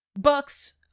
Bucks